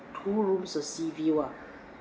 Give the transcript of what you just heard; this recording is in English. two rooms of sea view ah